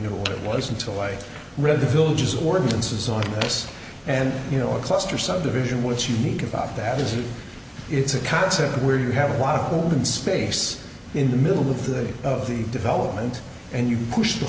what it was until i read the villages ordinances on this and you know a cluster subdivision which unique about that is that it's a concept where you have a lot of holding space in the middle of the day of the development and you push the